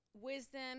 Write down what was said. wisdom